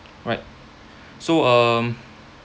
right so um